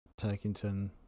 Turkington